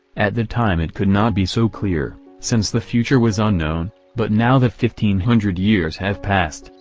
at the time it could not be so clear, since the future was unknown but now that fifteen hundred years have passed,